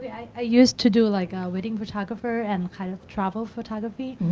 i used to do like ah wedding photographer and kind of travel photography,